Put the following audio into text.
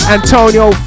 Antonio